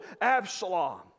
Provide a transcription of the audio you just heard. Absalom